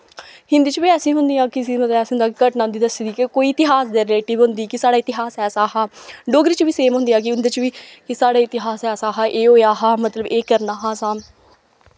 हिन्दी च बी ऐसियां होंदियां किसी च ऐसी होंदी मतलब घटनां होंदियां दस्सी दी कोई इतिहास दे रिलेडिट होंदी कि साढ़ा इतिहास ऐसा हा डोगरी च बी सेम होंदियां कि उं'दे च बी कि साढ़े इतिहास च ऐसा हा एह् होएआ हा मतलब एह् करना हा असां